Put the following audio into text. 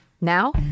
Now